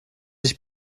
sich